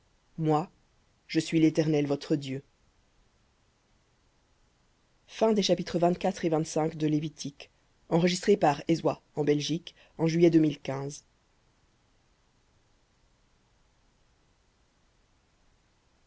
moi je suis l'éternel votre dieu